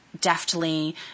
deftly